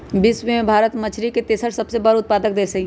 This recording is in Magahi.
विश्व में भारत मछरी के तेसर सबसे बड़ उत्पादक देश हई